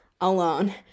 alone